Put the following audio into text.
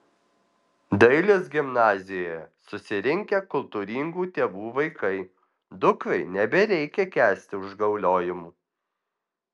dailės gimnazijoje susirinkę kultūringų tėvų vaikai dukrai nebereikia kęsti užgauliojimų